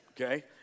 okay